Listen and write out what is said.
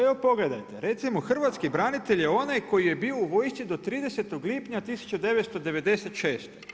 Evo pogledajte, recimo hrvatski branitelj je onaj koji je bio u vojsci do 30. lipnja 1996.